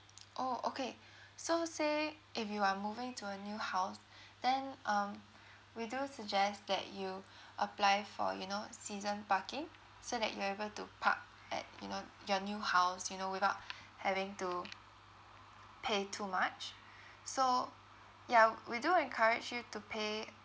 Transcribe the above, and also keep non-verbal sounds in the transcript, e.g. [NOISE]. [NOISE] orh okay so say if you are moving to a new house then um we do suggest that you apply for you know season parking so that you're able to park at you know your new house you know without having to pay too much so ya we do encourage you to pay